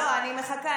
אני מחכה.